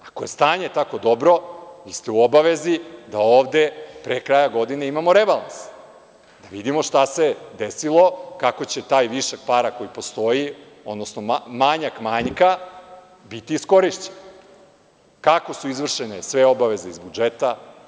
Ako je stanje tako dobro, vi ste u obavezi da ovde pre kraja godine imamo rebalans da vidimo šta se desilo, kako će taj višak para koji postoji, odnosno manjak manjka biti iskorišćen, kako su izvršene sve obaveze iz budžeta,